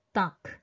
duck